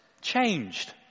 changed